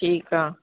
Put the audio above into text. ठीकु आहे